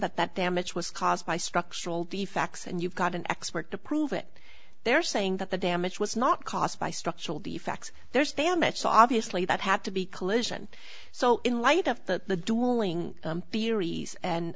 that that damage was caused by structural defects and you've got an expert to prove it they're saying that the damage was not caused by structural defects there's damage so obviously that had to be collision so in light of the dueling theories and